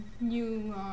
new